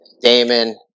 Damon